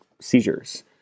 seizures